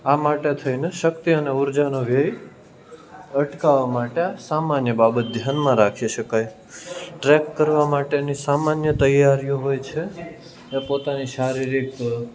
આ માટે થઈને શક્તિ અને ઉર્જાનો વ્યય અટકાવવા માટે આ સામાન્ય બાબત ધ્યાનમાં રાખી શકાય ટ્રેક કરવા માટેની સામાન્ય તૈયારીઓ હોય છે એ પોતાની શારીરિક